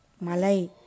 Malay